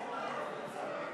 באמת יביא את הדבר הזה,